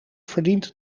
verdient